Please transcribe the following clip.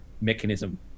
mechanism